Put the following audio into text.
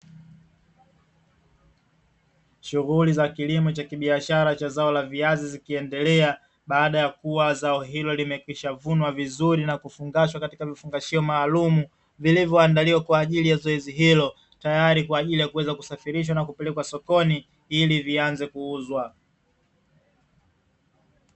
Shughuli za kilimo za kibiashara cha zao la viazi likiendelea baada ya kuwa zao hilo limekwisha vunea vizuri, na kufungashwa katika vifungashio maalum vilivoandaliwa kwa zoezi hilo. Tayari kwa ajili ya kusafirishwa na kupelekea sokoni ili vianze kuuzwa.